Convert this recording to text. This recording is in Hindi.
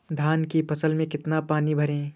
धान की फसल में कितना पानी भरें?